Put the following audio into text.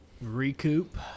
Recoup